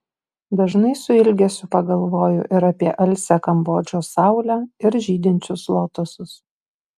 dažnai su ilgesiu pagalvoju ir apie alsią kambodžos saulę ir žydinčius lotosus